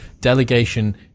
delegation